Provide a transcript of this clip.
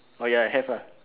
oh ya have ah